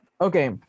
Okay